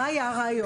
מה היה הרעיון?